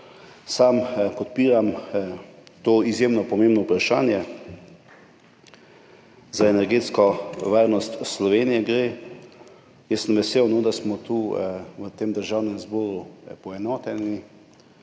sam podpiram to izjemno pomembno vprašanje, ker gre za energetsko varnost Slovenije. Jaz sem vesel, da smo tu v Državnem zboru poenoteni.